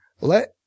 let